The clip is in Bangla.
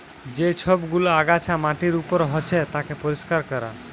যে সব গুলা আগাছা মাটির উপর হচ্যে তাকে পরিষ্কার ক্যরা